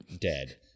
dead